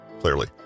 clearly